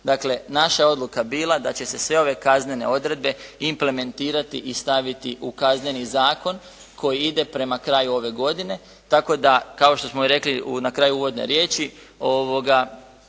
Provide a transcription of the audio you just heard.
Dakle naša je odluka bila da će se sve ove kaznene odredbe implementirati i staviti u Kazneni zakon koji ide prema kraju ove godine tako da kao što smo i rekli na kraju uvodne riječi